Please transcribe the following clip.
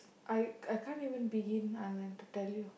I I can't even begin Anand to tell you